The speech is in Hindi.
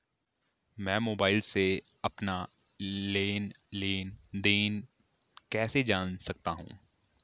मैं मोबाइल से अपना लेन लेन देन कैसे जान सकता हूँ?